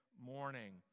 morning